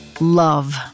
Love